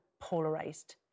polarized